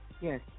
Yes